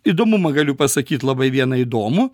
įdomumą galiu pasakyt labai vieną įdomų